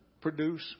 produce